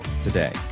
today